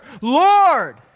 Lord